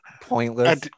pointless